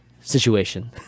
situation